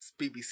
BBC